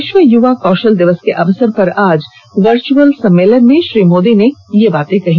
विश्व युवा कौशल दिवस के अवसर पर आज वर्चुअल सम्मेलन में श्री मोदी ने यह बात कही